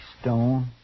Stone